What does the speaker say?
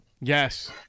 Yes